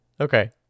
okay